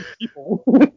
people